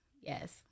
Yes